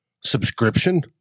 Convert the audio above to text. subscription